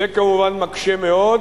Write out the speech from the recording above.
זה כמובן מקשה מאוד.